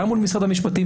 גם מול משרד המשפטים,